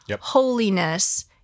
holiness